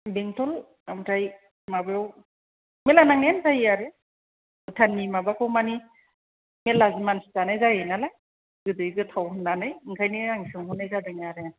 बेंटल ओमफ्राय माबायाव मेरला नांनायानो जायो आरो भुटाननि माबाखौ मानि मेरला मानसिफ्रानो जायो नालाय गोदै गोथाव होन्नानै ओंखायनो आं सोंहरनाय जादों आरो